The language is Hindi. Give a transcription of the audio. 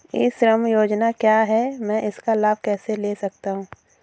ई श्रम योजना क्या है मैं इसका लाभ कैसे ले सकता हूँ?